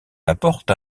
laporte